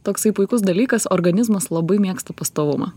toksai puikus dalykas organizmas labai mėgsta pastovumą